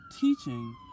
teaching